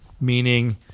Meaning